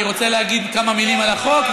אני רוצה להגיד כמה מילים על החוק,